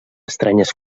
estranyes